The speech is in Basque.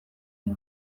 dio